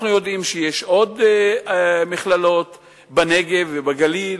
אנחנו יודעים שיש בנגב ובגליל,